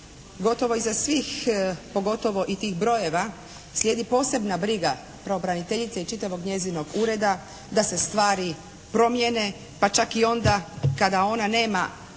gotovo iza svih pogotovo i tih brojeva, slijedi posebna briga pravobraniteljice i čitavog njezinog ureda da se stvari promijene pa čak i onda kada ona nema